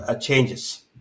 changes